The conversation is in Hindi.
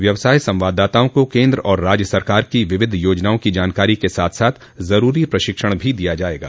व्यवसाय संवाददाताओं को केन्द्र और राज्य सरकार की विविध योजनाओं की जानकारी के साथ साथ जरूरी प्रशिक्षण भी दिया जायेगा